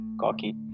cocky